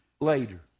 later